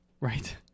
Right